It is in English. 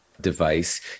device